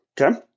okay